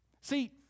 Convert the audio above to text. See